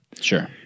Sure